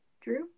Drew